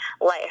life